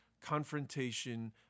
confrontation